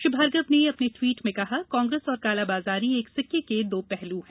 श्री भार्गव ने अपने ट्वीट में कहा कांग्रेस और कालाबाजारी एक सिक्के के दो पहलू है